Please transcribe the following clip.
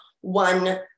one